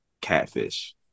catfish